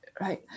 Right